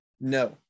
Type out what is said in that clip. No